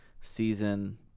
season